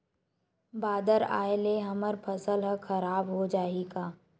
बादर आय ले हमर फसल ह खराब हो जाहि का?